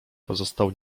pozostał